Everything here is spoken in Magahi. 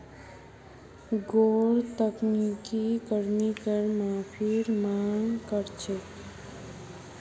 गैर तकनीकी कर्मी कर माफीर मांग कर छेक